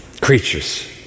creatures